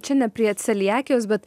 čia ne prie celiakijos bet